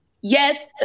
yes